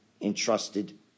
entrusted